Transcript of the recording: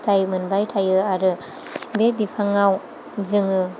फिथाइ मोनबाय थायो आरो बे बिफाङाव जोङो